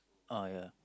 uh ya